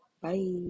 bye